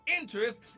interest